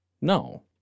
No